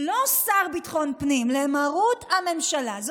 לא לשר לביטחון פנים, למרות הממשלה.